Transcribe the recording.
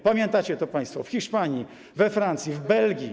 Pamiętacie to państwo: w Hiszpanii, we Francji, w Belgii.